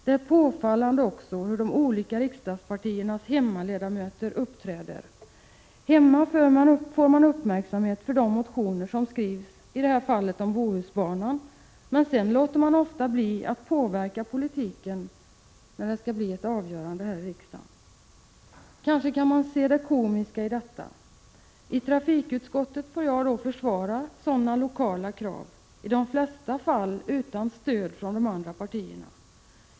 Det är påfallande också hur de olika riksdagspartiernas hemmaledamöter uppträder. Hemma uppmärksammar man motioner som skrivs, i det här fallet om Bohusbanan. Men sedan låter man ofta bli att påverka politiken när det kommer ett avgörande här i riksdagen. Kanske skall man se det komiska i detta: i trafikutskottet får jag försvara dessa lokala krav, i de flesta fall utan stöd från de andra partierna.